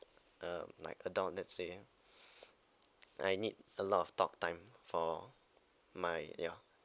uh like adult let's say I need a lot of talk time for my ya